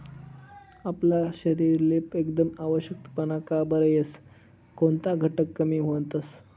आपला शरीरले एकदम अशक्तपणा का बरं येस? कोनता घटक कमी व्हतंस?